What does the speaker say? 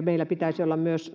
Meillä pitäisi olla myös